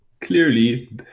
clearly